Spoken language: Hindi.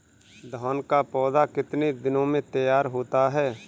धान का पौधा कितने दिनों में तैयार होता है?